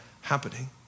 happening